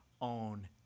own